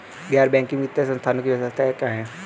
गैर बैंकिंग वित्तीय संस्थानों की विशेषताएं क्या हैं?